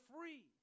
free